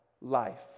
life